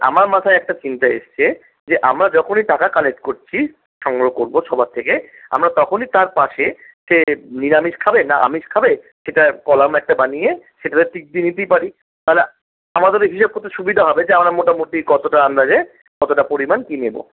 আমার মাথায় একটা চিন্তা এসছে যে আমরা যখনই টাকা কালেক্ট করছি সংগ্রহ করব সবার থেকে আমরা তখনই তার পাশে কে নিরামিষ খাবে না আমিষ খাবে সেটা কলাম একটা বানিয়ে সেটাতে টিক দিয়ে নিতেই পারি তাহলে আমাদেরও হিসাব করতে সুবিধা হবে যে আমরা মোটামোটি কতটা আন্দাজে কতটা পরিমাণ কি নেব